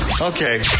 Okay